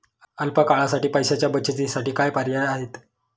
अल्प काळासाठी पैशाच्या बचतीसाठी काय पर्याय आहेत?